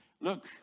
look